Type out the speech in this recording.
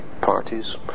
parties